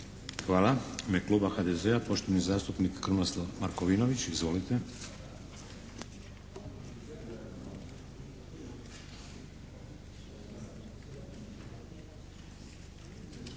Hvala. U ime kluba HDZ-a, poštovani zastupnik Krunoslav Markovinović. Izvolite.